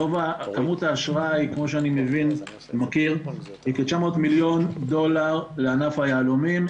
גובה האשראי היא כ-900 מיליון דולר לענף היהלומים.